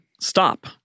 stop